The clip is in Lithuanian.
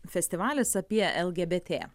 festivalis apie lgbt